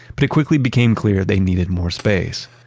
but it quickly became clear they needed more space.